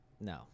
No